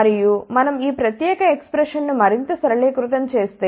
మరియు మనం ఈ ప్రత్యేక ఎక్స్ప్రెషన్ ను మరింత సరళీకృతం చేస్తే